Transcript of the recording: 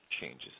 changes